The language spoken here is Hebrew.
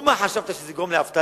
ומה חשבת, שזה יגרום לאבטלה?